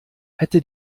hätte